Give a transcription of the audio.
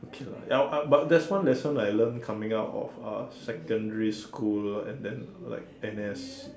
okay lah ya I but that's one lesson I learn coming out of uh secondary school lah and then uh like N_S